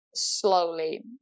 slowly